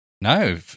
No